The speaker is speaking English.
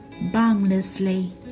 boundlessly